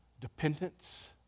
dependence